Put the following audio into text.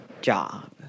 job